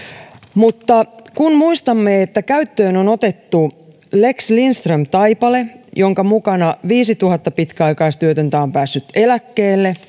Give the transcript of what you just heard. mutta kun muistamme että käyttöön on otettu lex lindström taipale jonka mukana viisituhatta pitkäaikaistyötöntä on päässyt eläkkeelle